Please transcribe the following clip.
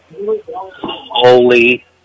Holy